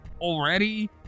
already